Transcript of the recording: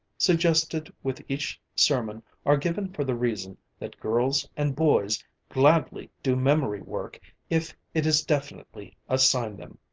suggested with each sermon are given for the reason that girls and boys gladly do memory work if it is definitely assigned them.